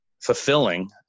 fulfilling